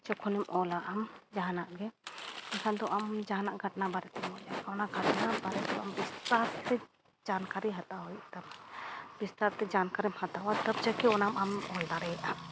ᱡᱚᱠᱷᱚᱱᱮᱢ ᱚᱞᱟ ᱟᱢ ᱡᱟᱦᱟᱱᱟᱜᱼᱜᱮ ᱮᱱᱠᱷᱟᱱ ᱫᱚ ᱟᱢ ᱡᱟᱦᱟᱱᱟᱜ ᱜᱷᱚᱴᱚᱱᱟ ᱵᱟᱨᱮ ᱛᱮᱢ ᱚᱞᱟ ᱚᱱᱟ ᱜᱷᱟᱴᱟᱱᱟ ᱵᱟᱨᱮ ᱛᱮᱦᱚᱸ ᱟᱢ ᱰᱤᱴᱮᱞᱥ ᱛᱮ ᱡᱟᱱᱠᱟᱨᱤ ᱦᱟᱛᱟᱣ ᱦᱩᱭᱩᱜ ᱛᱟᱢᱟ ᱵᱤᱥᱛᱟᱨᱼᱛᱮ ᱡᱟᱱᱠᱟᱨᱤᱢ ᱦᱟᱛᱟᱣᱟ ᱛᱚᱵᱽ ᱡᱟᱠᱮ ᱚᱱᱟ ᱟᱢᱮᱢ ᱚᱞ ᱫᱟᱲᱮᱭᱟᱜᱼᱟ